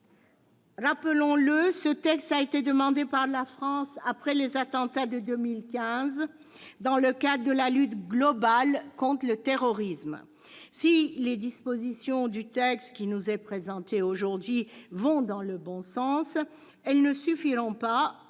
Rappelons-le, ce texte a été demandé par la France après les attentats de 2015, dans le cadre de la lutte globale contre le terrorisme. Si les dispositions du texte qui nous est présenté aujourd'hui vont dans le bon sens, elles ne suffiront pas